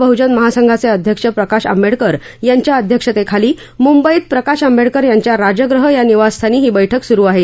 बहजन महासंघाचे अध्यक्ष प्रकाश आंबेडकर यांच्या अध्यक्षतेखाली मुंबईत प्रकाश आंबेडकर यांच्या राजग्रह या निवासस्थानी ही बैठक सुरु आहे